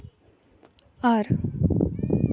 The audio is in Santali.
ᱟᱨ